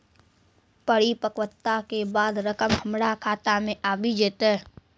परिपक्वता के बाद रकम हमरा खाता मे आबी जेतै?